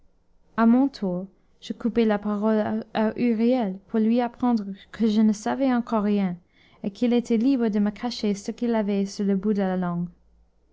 à mon tour je coupai la parole à huriel pour lui apprendre que je ne savais encore rien et qu'il était libre de me cacher ce qu'il avait sur le bout de la langue